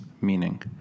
Meaning